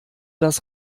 das